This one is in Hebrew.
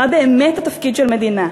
מה באמת התפקיד של מדינה,